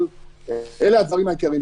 אבל אלו למעשה הדברים העיקריים.